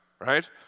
right